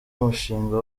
umushinga